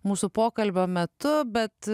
mūsų pokalbio metu bet